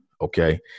Okay